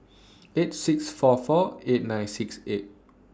eight six four four eight nine six eight